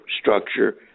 structure